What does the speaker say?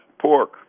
Pork